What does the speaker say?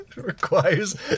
requires